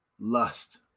Lust